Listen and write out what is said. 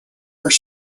are